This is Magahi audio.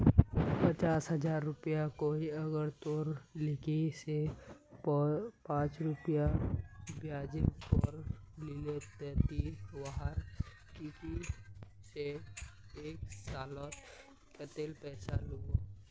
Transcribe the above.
पचास हजार रुपया कोई अगर तोर लिकी से पाँच रुपया ब्याजेर पोर लीले ते ती वहार लिकी से एक सालोत कतेला पैसा लुबो?